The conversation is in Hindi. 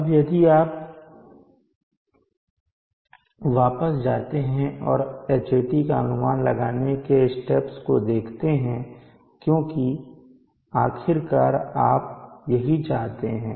अब यदि आप वापस जाते हैं और Hat का अनुमान लगाने के स्टेप्स को देखते हैं क्योंकि आखिरकार आप यही चाहते हैं